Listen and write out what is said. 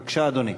בבקשה, אדוני.